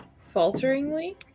falteringly